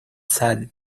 sal